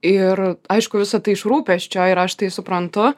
ir aišku visa tai iš rūpesčio ir aš tai suprantu